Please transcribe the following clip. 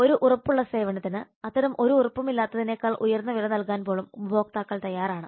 ഒരു ഉറപ്പുള്ള സേവനത്തിന് അത്തരം ഒരു ഉറപ്പും ഇല്ലാത്തതിനേക്കാൾ ഉയർന്ന വില നൽകാൻ പോലും ഉപഭോക്താക്കൾ തയ്യാറാണ്